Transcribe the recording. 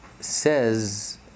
Says